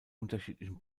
unterschiedlichen